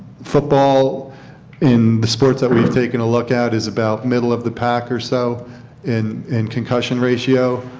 football in the sports that we have taken a look at is about middle of the pack or so in in concussion ratio.